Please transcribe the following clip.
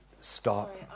stop